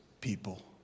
people